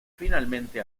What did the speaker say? finalmente